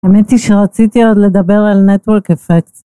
האמת היא שרציתי עוד לדבר על נטוורק אפקט.